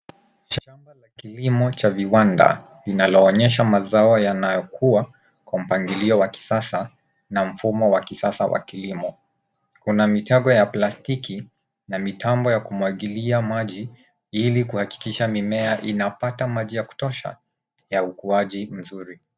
Shamba la kilimo cha viwanda linaloonyesha mazao yanayokuwa kwa mpangilio wa kisasa na mfumo wa kisasa wa kilimo. Kuna mitambo ya plastiki na mitambo ya kumwagilia maji ili kuhakikisha mimea inapata maji ya kutosha ya ukuaji mzuri.